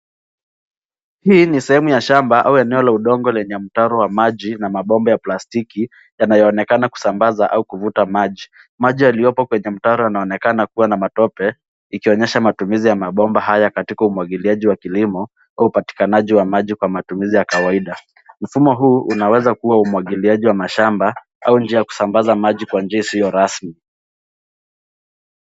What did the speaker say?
Hii ni sehemu ya shamba au eneo la udongo lenye mtaro wa maji na mabomba ya plastiki, yanayoonekana kusambaza au kuvuta maji. Maji yaliyopo kwenye mtaro yanaonekana kuwa na matope, ikionyesha matumizi ya mabomba haya katika umwagiliaji wa kilimo, au upatikanaji wa maji kwa matumizi ya kawaida. Mfumo huu unaweaza kuwa umwagiliaji wa mashamba, au njia ya kusambaza maji kwa njia isiyo rasmi.